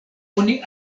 oni